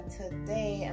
today